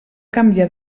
canviar